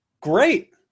Great